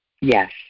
Yes